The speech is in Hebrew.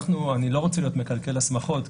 אני לא רוצה להיות מקלקל השמחות,